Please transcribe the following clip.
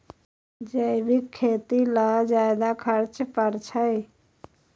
जैविक खेती ला ज्यादा खर्च पड़छई?